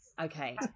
Okay